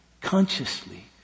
consciously